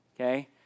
okay